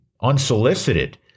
unsolicited